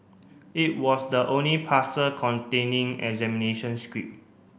it was the only parcel containing examination script